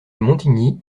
montigny